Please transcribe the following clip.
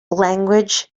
language